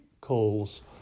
calls